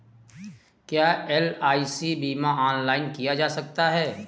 क्या एल.आई.सी बीमा ऑनलाइन किया जा सकता है?